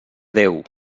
déu